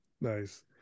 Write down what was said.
Nice